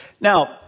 Now